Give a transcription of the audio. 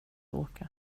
åka